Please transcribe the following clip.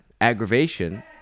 aggravation